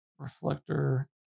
Reflector